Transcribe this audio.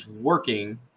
working